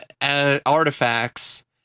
artifacts